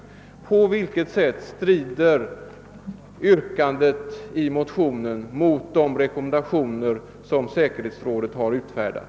På vilket sätt strider yrkandet i motionen mot de rekommendationer som säkerhetsrådet utfärdat?